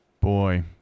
Boy